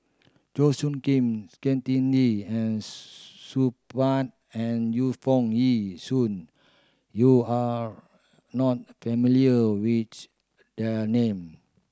Chua Soo Khim Saktiandi and Supaat and Yu Foo Yee Shoon you are not familiar with there name